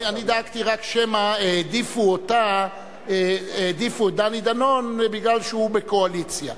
אני דאגתי רק שמא העדיפו את דני דנון מפני שהוא בקואליציה.